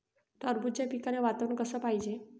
टरबूजाच्या पिकाले वातावरन कस पायजे?